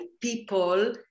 people